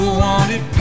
wanted